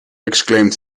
exclaimed